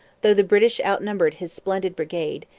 though the british outnumbered his splendid brigade,